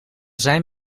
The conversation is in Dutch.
zijn